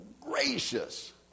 gracious